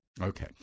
Okay